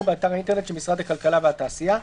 באתר האינטרנט של משרד הכלכלה והתעשייה,